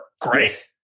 Great